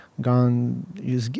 gone